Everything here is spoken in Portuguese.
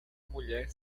mulher